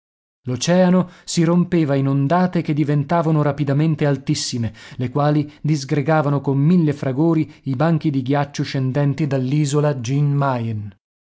l'oceano si rompeva in ondate che diventavano rapidamente altissime le quali disgregavano con mille fragori i banchi di ghiaccio scendenti